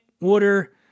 water